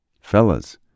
Fellas